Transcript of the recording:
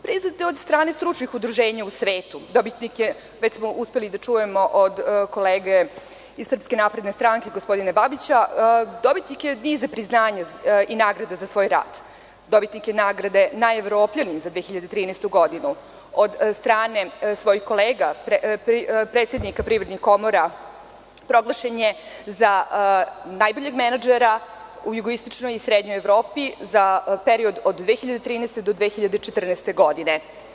Priznatje od strane stručnih udruženja u svetu, već smo uspeli da čujemo od kolege iz SNS, gospodina Babića, dobitnik je niza priznanja i nagrada za svoj rad, dobitnik je nagrade Najevropljanin za 2013. godinu, od strane svojih kolega predsednika privrednih komora proglašen je za najboljeg menadžera u jugoistočnoj i srednjoj Evropi za period od 2013. do 2014. godine.